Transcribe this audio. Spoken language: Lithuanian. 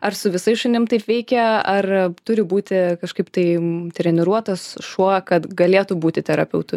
ar su visais šunim taip veikia ar turi būti kažkaip tai treniruotas šuo kad galėtų būti terapeutu